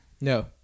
No